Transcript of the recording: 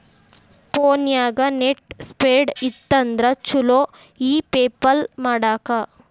ಫೋನ್ಯಾಗ net speed ಇತ್ತಂದ್ರ ಚುಲೊ ಇ ಪೆಪಲ್ ಮಾಡಾಕ